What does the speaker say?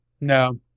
no